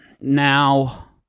Now